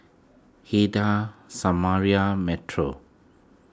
Heidy Samira Metro